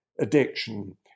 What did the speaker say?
addiction